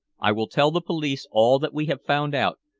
i will tell the police all that we have found out,